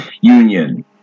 Union